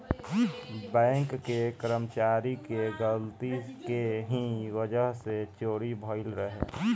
bank के कर्मचारी के गलती के ही वजह से चोरी भईल रहे